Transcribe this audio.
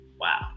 Wow